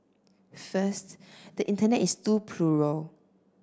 first the Internet is too plural